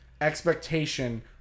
expectation